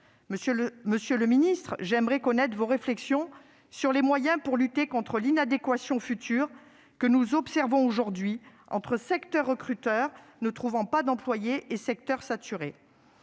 Monsieur le secrétaire d'État, j'aimerais connaître vos propositions sur les moyens de lutter à l'avenir contre l'inadéquation que nous observons aujourd'hui entre secteurs recruteurs ne trouvant pas d'employés et secteurs saturés.